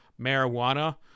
marijuana